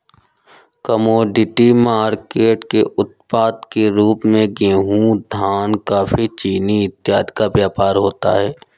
commodity market के उत्पाद के रूप में गेहूं धान कॉफी चीनी इत्यादि का व्यापार होता है